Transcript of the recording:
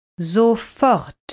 Sofort